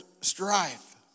strife